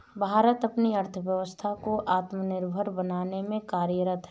भारत अपनी अर्थव्यवस्था को आत्मनिर्भर बनाने में कार्यरत है